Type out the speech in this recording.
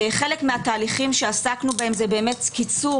חלק מהתהליכים שעסקנו בהם זה באמת קיצור